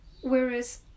whereas